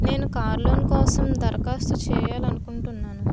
నేను car loan కోసం దరఖాస్తు చేయాలని అనుకుంటున్నాను